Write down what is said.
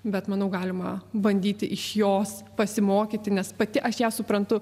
bet manau galima bandyti iš jos pasimokyti nes pati aš ją suprantu